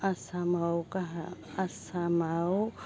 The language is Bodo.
आसामाव गाहा आसामाव